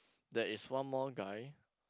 there is one more guy